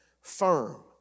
firm